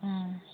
ꯑꯥ